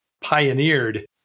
pioneered